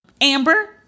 Amber